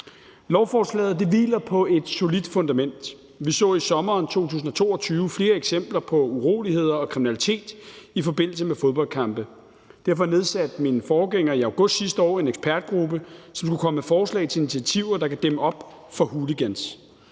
Lovforslaget hviler på et solidt fundament. Vi så i sommeren 2022 flere eksempler på uroligheder og kriminalitet i forbindelse med fodboldkampe. Derfor nedsatte min forgænger i august sidste år en ekspertgruppe, som skulle komme med forslag til initiativer, der kan dæmme op for hooligans.